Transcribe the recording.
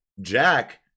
Jack